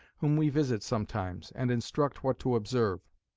whom we visit sometimes, and instruct what to observe.